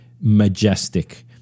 majestic